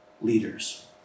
leaders